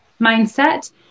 mindset